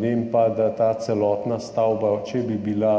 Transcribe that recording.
vem pa, da ta celotna stavba, če bi bila